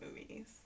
movies